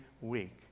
week